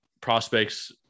prospects